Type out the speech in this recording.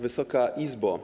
Wysoka Izbo!